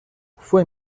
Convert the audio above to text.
fue